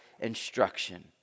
instruction